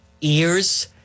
ears